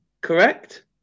Correct